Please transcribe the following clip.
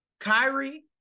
Kyrie